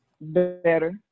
better